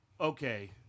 okay